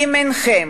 אם אינכם